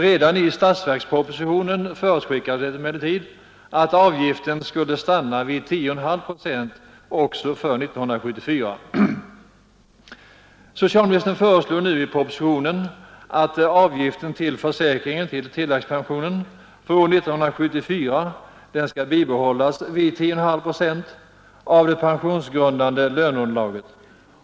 Redan i statsverkspropositionen förutskickades emellertid att avgiften skulle stanna vid 10,5 procent också för 1974. Socialministern föreslår nu i propositionen att avgiften till försäkringen för tilläggspension för år 1974 skall bibehållas på 10,5 procent av det pensionsgrundande löneunderlaget.